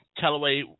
Callaway